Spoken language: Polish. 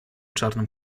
czarną